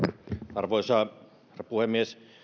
arvoisa herra puhemies